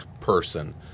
person